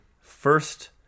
first